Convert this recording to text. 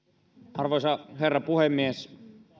arvoisa herra puhemies